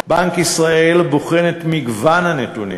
בנק ישראל בוחן את מגוון הנתונים,